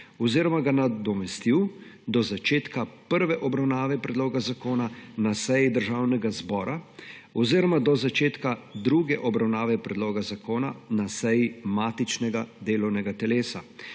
oziroma ga nadomestil do začetka prve obravnave predloga zakona na seji Državnega zbora oziroma do začetka druge obravnave predloga zakona na seji matičnega delovnega telesa,